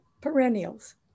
perennials